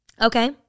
Okay